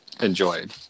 enjoyed